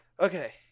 Okay